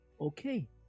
Okay